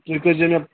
تُہۍ کٔرۍزیٚو مےٚ